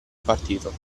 partito